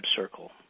circle